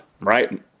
right